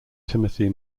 timothy